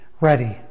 ready